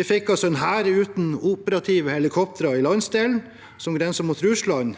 Vi fikk altså en hær uten operative helikoptre i landsdelen som grenser mot Russland,